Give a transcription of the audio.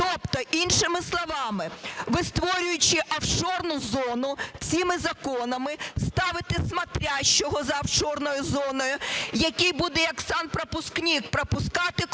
Тобто іншими словами ви, створюючи офшорну зону цими законами ставите смотрящого за офшорною зоною, який буде як санпропускник пропускати когось